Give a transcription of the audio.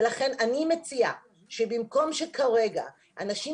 ולכן אני מציעה שבמקום שכרגע אנשים